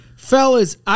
Fellas